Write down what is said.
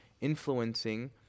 influencing